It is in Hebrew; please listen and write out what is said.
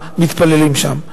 במתפללים שם.